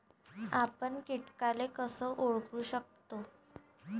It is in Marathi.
आपन कीटकाले कस ओळखू शकतो?